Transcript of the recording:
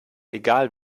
egal